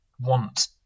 want